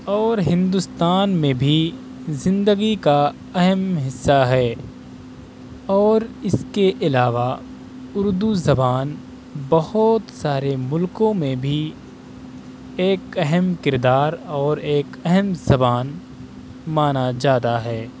اور ہندوستان میں بھی زندگی کا اہم حصہ ہے اور اس کے علاوہ اردو زبان بہت سارے ملکوں میں بھی ایک اہم کردار اور ایک اہم زبان مانا جاتا ہے